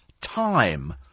time